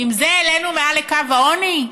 עם זה העלינו מעל קו העוני?